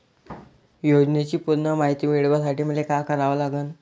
योजनेची पूर्ण मायती मिळवासाठी मले का करावं लागन?